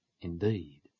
indeed